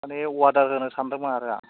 माने अवादार होनो सानदोंमोन आरो आं